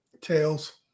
Tails